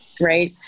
right